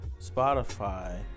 Spotify